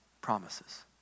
Promises